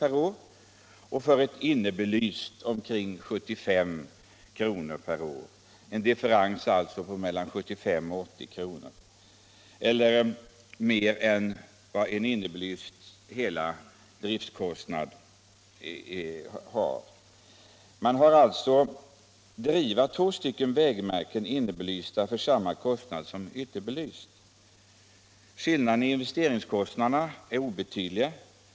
per år och för ett innerbelyst omkring 75 kr. per år, alltså en differens på mellan 75 och 80 kr. per år eller mer än ett innerbelyst vägmärkes hela driftkostnad. Man kan alltså driva två stycken innerbelysta vägmärken för samma kostnad som ett ytterbelyst. Skillnaden i investeringskostnader är obetydlig.